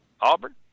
Auburn